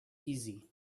easy